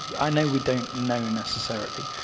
i know we don't know necessarily,